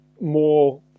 more